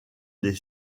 est